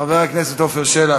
חבר הכנסת עפר שלח,